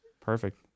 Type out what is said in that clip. Perfect